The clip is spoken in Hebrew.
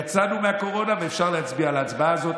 יצאנו מהקורונה ואפשר להצביע על ההצעה הזאת.